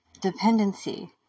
Dependency